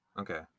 Okay